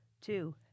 two